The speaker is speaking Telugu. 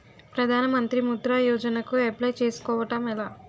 ప్రధాన మంత్రి ముద్రా యోజన కు అప్లయ్ చేసుకోవటం ఎలా?